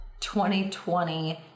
2020